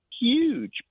huge